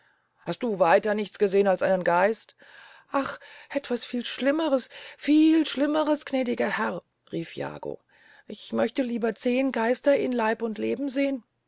hast du weiter nichts gesehen als einen geist ach etwas viel schlimmeres viel schlimmeres gnädiger herr rief jago ich möchte lieber zehn geister in leib und leben sehn